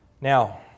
Now